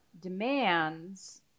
demands